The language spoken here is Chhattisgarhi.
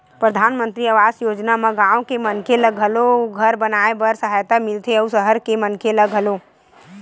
परधानमंतरी आवास योजना म गाँव के मनखे ल घलो घर बनाए बर सहायता मिलथे अउ सहर के मनखे ल घलो